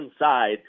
inside